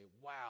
wow